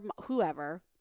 whoever